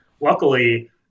Luckily